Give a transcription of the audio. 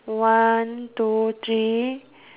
one two three